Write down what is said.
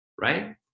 Right